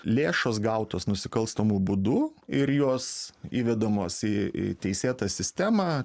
lėšos gautos nusikalstamu būdu ir jos įvedamos į į teisėtą sistemą